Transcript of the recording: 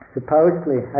Supposedly